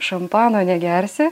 šampano negersi